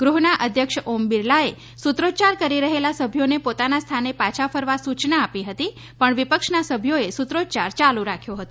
ગૃહના અધ્યક્ષ ઓમ બિરલાએ સુત્રોચ્યાર કરી રહેલા સભ્યોને પોતાના સ્થાને પાછા ફરવા સુચના આપી હતી પણ વિપક્ષના સભ્યોએ સુત્રોચ્યાર ચાલુ રાખ્યો હતો